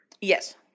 Yes